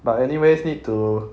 but anyways need to